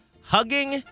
hugging